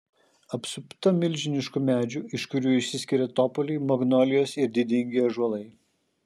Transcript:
apsupta milžiniškų medžių iš kurių išsiskiria topoliai magnolijos ir didingi ąžuolai